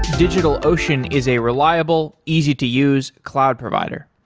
digitalocean is a reliable, easy to use cloud provider.